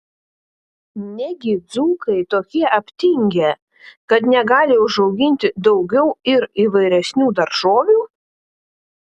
negi dzūkai tokie aptingę kad negali užauginti daugiau ir įvairesnių daržovių